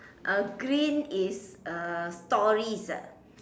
uh green is uh stories ah